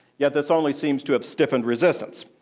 yet this only seems to have stiffened resistance.